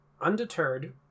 Undeterred